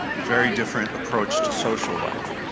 very different approach to social life.